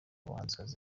bahanzikazi